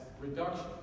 reduction